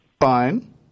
Fine